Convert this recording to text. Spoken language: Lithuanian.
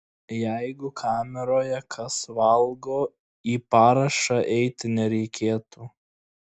jeigu kameroje kas valgo į parašą eiti nereikėtų